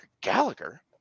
gallagher